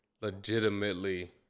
legitimately